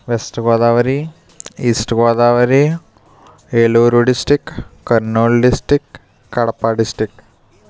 west Godavari east Godavari Eluru district Kurnool district Kadapa district